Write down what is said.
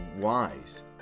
wise